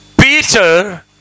Peter